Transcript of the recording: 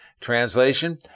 Translation